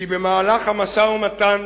כי במהלך המשא-ומתן